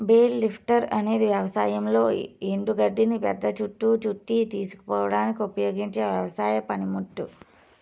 bale lifter అనేది వ్యవసాయంలో ఎండు గడ్డిని పెద్ద చుట్ట చుట్టి తీసుకుపోవడానికి ఉపయోగించే వ్యవసాయ పనిముట్టు